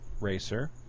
racer